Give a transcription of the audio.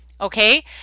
Okay